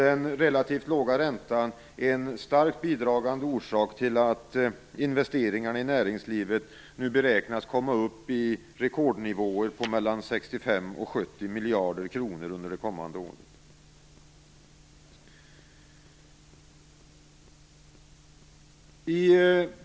Den relativt låga räntan är en starkt bidragande orsak till att investeringarna i näringslivet nu beräknas komma upp i rekordnivåer på mellan 65 och 70 miljarder kronor under det kommande året.